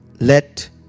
Let